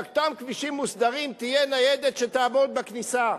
באותם כבישים מוסדרים תהיה ניידת שתעמוד בכניסה,